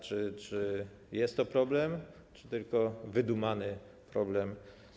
Czy jest to problem, czy tylko „wydumany” problem?